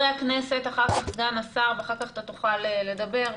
הכנסת, אחר כך סגן השר ואז המוזמנים יוכלו לדבר.